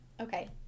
okay